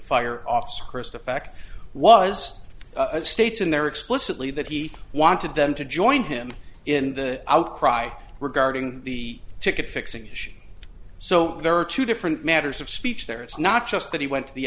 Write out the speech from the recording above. fire officer christopher back was states in there explicitly that he want then to join him in the outcry regarding the ticket fixing issue so there are two different matters of speech there it's not just that he went to the